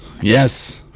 Yes